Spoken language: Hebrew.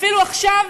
אפילו עכשיו,